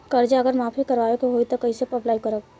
कर्जा अगर माफी करवावे के होई तब कैसे अप्लाई करम?